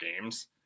games